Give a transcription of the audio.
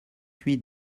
huit